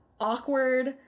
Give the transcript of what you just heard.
awkward